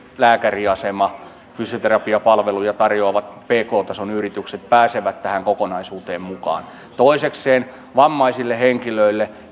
lääkäriasema fysioterapiapalveluja tarjoavat pk tason yritykset pääsevät tähän kokonaisuuteen mukaan toisekseen erityisesti vammaisille henkilöille